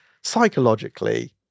psychologically